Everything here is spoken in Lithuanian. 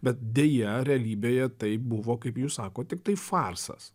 bet deja realybėje tai buvo kaip jūs sakote tiktai farsas